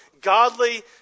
godly